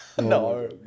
No